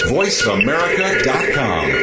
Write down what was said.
voiceamerica.com